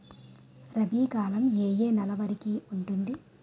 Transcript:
రబీ కాలం ఏ ఏ నెల వరికి ఉంటుంది?